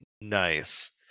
nice